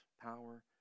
power